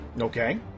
Okay